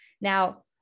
Now